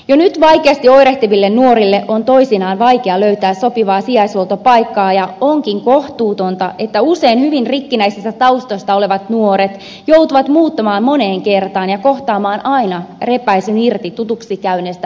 jo nyt vaikeasti oirehtiville nuorille on toisinaan vaikea löytää sopivaa sijaishuoltopaikkaa ja onkin kohtuutonta että usein hyvin rikkinäisistä taustoista olevat nuoret joutuvat muuttamaan moneen kertaan ja kohtaamaan aina repäisyn irti tutuksi käyneestä elinympäristöstä